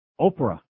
Oprah